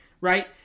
right